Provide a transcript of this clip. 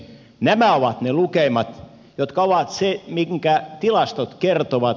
nämä ovat ne lukemat jotka tilastot kertovat